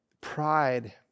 pride